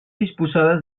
disposades